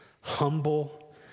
humble